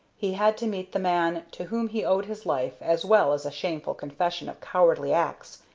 he had to meet the man to whom he owed his life, as well as a shameful confession of cowardly acts,